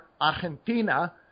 Argentina